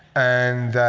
and